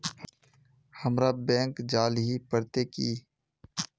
हमरा बैंक जाल ही पड़ते की?